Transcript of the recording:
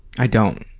i don't.